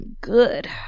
Good